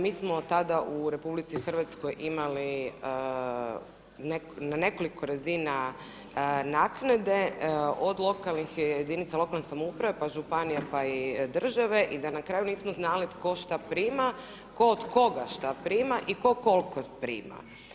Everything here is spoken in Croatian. Mi smo tada u RH imali na nekoliko razina naknade od jedinica lokalne samouprave pa županija pa i države i da na kraju nismo znali tko šta prima, tko od koga šta prima i ko koliko prima.